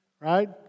right